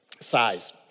size